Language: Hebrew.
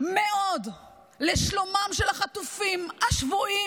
מאוד לשלומם של החטופים והשבויים.